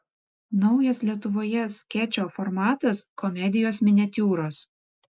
naujas lietuvoje skečo formatas komedijos miniatiūros